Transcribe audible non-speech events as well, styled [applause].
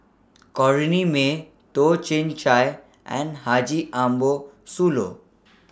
[noise] Corrinne May Toh Chin Chye and Haji Ambo Sooloh